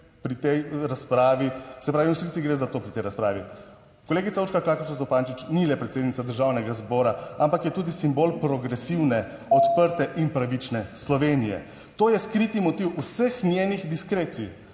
pri tej razpravi, se pravi, v resnici gre za to, pri tej razpravi. Kolegica Urška Klakočar Zupančič ni le predsednica Državnega zbora, ampak je tudi simbol progresivne, odprte / znak za konec razprave/ in pravične Slovenije. To je skriti motiv vseh njenih diskrecij.